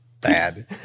bad